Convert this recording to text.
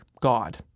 God